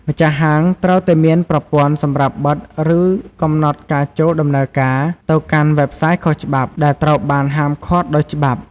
ម្ចាស់ហាង ត្រូវតែមាន ប្រព័ន្ធ សម្រាប់ បិទ ឬ កំណត់ការចូលដំណើរការ ទៅកាន់ វេបសាយខុសច្បាប់ ដែលត្រូវបាន ហាមឃាត់ដោយច្បាប់។